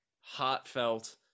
heartfelt